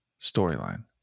storyline